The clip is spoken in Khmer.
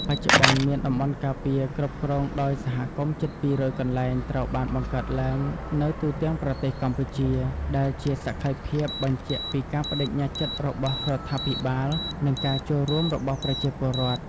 បច្ចុប្បន្ន មានតំបន់ការពារគ្រប់គ្រងដោយសហគមន៍ជិត ២០០ កន្លែងត្រូវបានបង្កើតឡើងនៅទូទាំងប្រទេសកម្ពុជា ដែលជាសក្ខីភាពបញ្ជាក់ពីការប្ដេជ្ញាចិត្តរបស់រដ្ឋាភិបាល និងការចូលរួមរបស់ប្រជាពលរដ្ឋ។